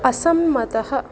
असम्मतः